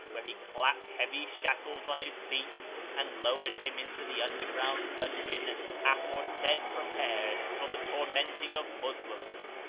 where he clapped heavy shackles on his feet and lowered him into the underground dungeon aforesaid prepared for the tormenting of moslems,